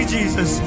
Jesus